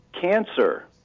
Cancer